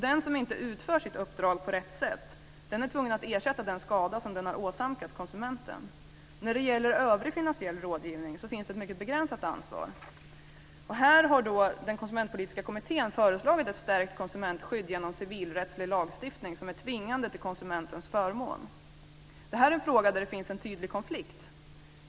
Den som inte utför sitt uppdrag på rätt sätt är tvungen att ersätta den skada som den har åsamkat konsumenten. När det gäller övrig finansiell rådgivning finns ett mycket begränsat ansvar. Här har då Konsumentpolitiska kommittén föreslagit ett stärkt konsumentskydd genom civilrättslig lagstiftning, som är tvingande till konsumentens förmån. Det här är en fråga där det finns en tydlig konflikt.